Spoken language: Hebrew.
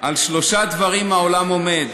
על שלושה דברים העולם עומד: